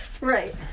Right